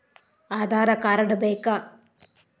Aadhaar card ಬೇಕಾ?